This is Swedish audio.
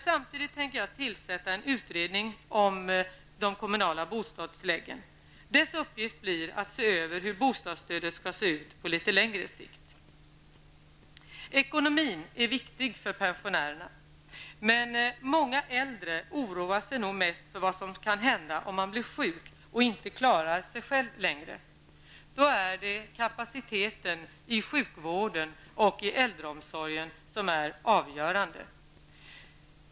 Samtidigt tänker jag tillsätta en utredning om de kommunala bostadstilläggen. Dess uppgift blir att se över hur bostadsstödet skall se ut på litet längre sikt. Ekonomin är viktig för pensionärerna, men många äldre oroar sig nog mest för vad som kan hända om de blir sjuka och inte klarar sig själva längre. Då är det kapaciteten i sjukvården och i äldreomsorgen som är avgörande.